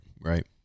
right